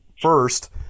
first